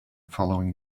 following